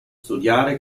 studiare